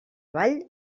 vall